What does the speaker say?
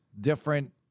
different